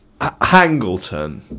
Hangleton